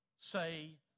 say